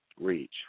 reach